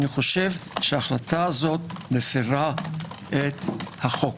אני חושב שההחלטה הזו מפרה את החוק.